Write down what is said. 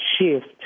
shift